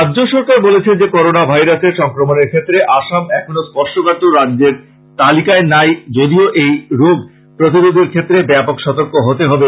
রাজ্য সরকার বলেছে যে করোনা ভাইরাসের সংক্রমনের ক্ষেত্রে আসাম এখনো স্পর্শকাতর রাজ্যের তালিকায় নাই যদিও এই রোগ প্রতিরোধের ক্ষেত্রে ব্যাপক সতর্ক হতে হবে